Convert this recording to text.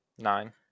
Nine